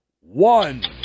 one